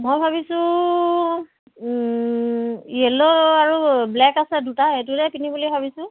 মই ভাবিছোঁ য়েল্ল' আৰু ব্লেক আছে দুটা সেইটোৰে পিন্ধিম বুলি ভাবিছোঁ